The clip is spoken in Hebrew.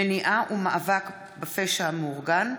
מניעה ומאבק בפשע המאורגן,